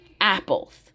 Apples